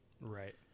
right